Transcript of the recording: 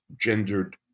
gendered